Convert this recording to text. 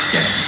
Yes